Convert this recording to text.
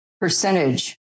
percentage